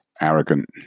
arrogant